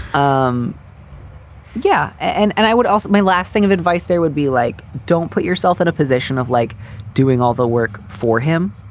um yeah. and and i would also my last thing of advice there would be like, don't put yourself in a position of like doing all the work for him.